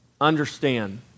understand